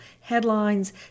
headlines